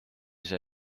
see